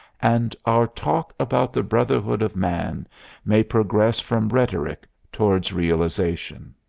and our talk about the brotherhood of man may progress from rhetoric towards realization.